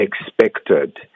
expected